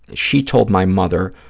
she told my mother,